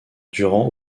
durant